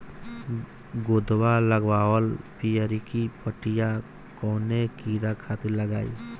गोदवा लगवाल पियरकि पठिया कवने कीड़ा खातिर लगाई?